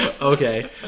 Okay